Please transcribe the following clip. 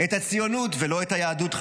את הציונות ולא את היהדות,